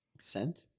scent